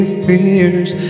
fears